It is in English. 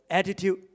attitude